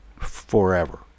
forever